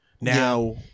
Now